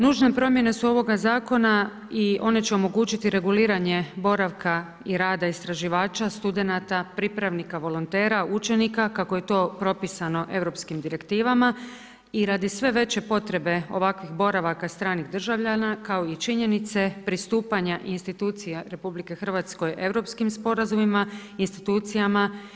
Nužne promjene su ovoga zakona i one će omogućiti reguliranje boravka i rada istraživača, studenata, pripravnika, volontera, učenika, kako je to propisano europskim direktivama i radi sve veće potrebe ovakvih boravaka stranih državljana kao i činjenice pristupanja institucija RH europskim sporazumima, institucijama.